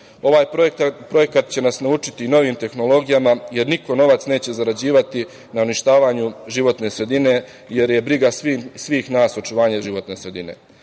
Ovaj projekat će nas naučiti i novim tehnologijama jer niko novac neće zarađivati na uništavanju životne sredine jer je briga svih nas očuvanje životne sredine.